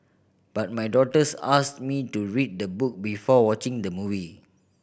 but my daughters asked me to read the book before watching the movie